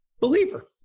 Believer